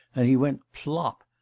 and he went plop!